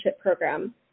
program